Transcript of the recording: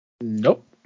Nope